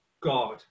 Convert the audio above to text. God